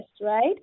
right